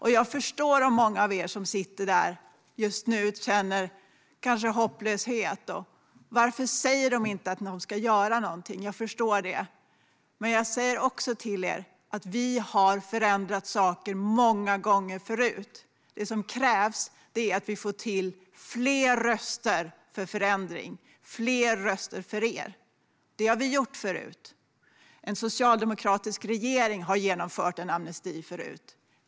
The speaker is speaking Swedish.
Jag förstår om många av er som sitter här just nu kanske känner hopplöshet och undrar: Varför säger de inte att någon ska göra någonting? Jag förstår det. Men jag säger också till er att vi har förändrat saker många gånger förut. Det som krävs är att vi får till fler röster för förändring och fler röster för er. Det har vi gjort förut. En socialdemokratisk regering har genomfört en amnesti förut.